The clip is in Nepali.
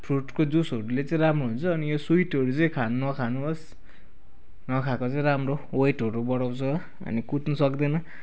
फ्रुटको जुसहरूले चाहिँ राम्रो हुन्छ अनि यो स्विटहरू चाहिँ खानु नखानुहोस् नखाएको चाहिँ राम्रो वेटहरू बढाउँछ अनि कुद्नु सक्दैन